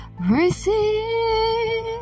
Receive